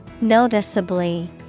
Noticeably